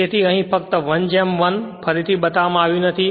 તેથી અહીં 11 ફરીથી બતાવવામાં આવ્યું નથી